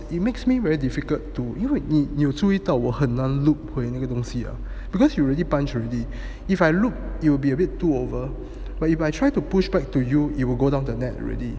it makes me very difficult to 因为你有注意到我很难 loop 回那个东西 ah because you already punch already if I look it will be a bit too over but if I try to push back to you you will go down the net already